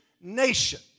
nation